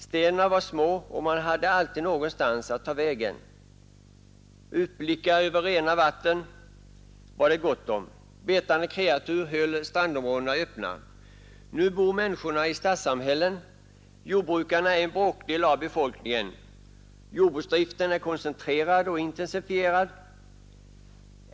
Städerna var små och man hade alltid någonstans att ta vägen. Utblickar över rena vatten var det gott om, betande kreatur höll strandområdena öppna. Nu bor människorna i stadssamhällen. Jordbrukarna är en bråkdel av befolkningen. Jordbruksdriften är koncentrerad och intensifierad.